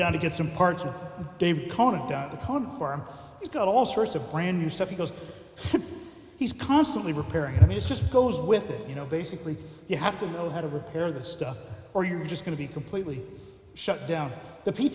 down to get some parts of dave conan down the cone for him he's got all sorts of brand new stuff because he's constantly repairing i mean it's just goes with you know basically you have to know how to repair the stuff or you're just going to be completely shut down the p